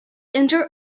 inter